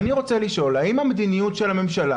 אני רוצה לשאול האם המדיניות של הממשלה